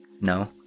No